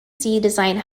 design